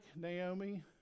Naomi